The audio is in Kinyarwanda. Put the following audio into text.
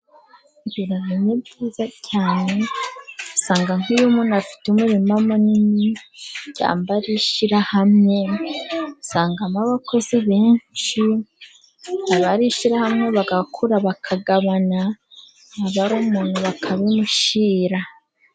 Ibirayi ni byiza cyane usanga nk'iyo umuntu afite umurima munini, cyangwa ari ishyirahamwe, usangamo abakozi benshi, baba ari ishyirahamwe bagakura bakagabana, yaba ari umuntu bakabimushyira.